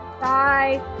bye